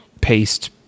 paste